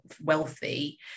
wealthy